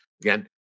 again